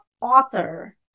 author